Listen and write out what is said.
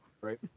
Right